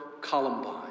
Columbine